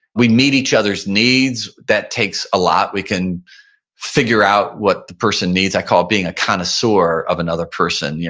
we meet each other's needs that takes a lot. we can figure out what the person needs. i call it being a kind of sore of another person. yeah